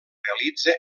realitza